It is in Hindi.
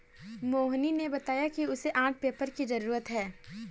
मोहिनी ने बताया कि उसे आर्ट पेपर की जरूरत है